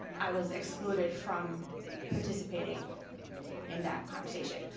i was excluded from participating in that conversation.